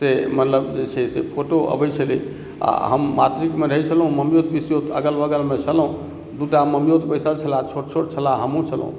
से मतलब जे छै से फोटो अबैत छलै आ हम मातृकमे रहैत छलहुँ ममियौत पिसियौत अगल बगलमे छलहुँ दू टा ममियौत बैसल छलाह छोट छोट छलाह हमहूँ छलहुँ